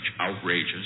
outrageous